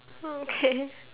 okay